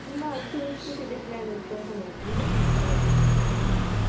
ना तुमचो किदें प्लॅन आसा तो सांगात न्ही म्हाका बऱ्या पडटलो अशें म्हणून